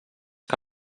que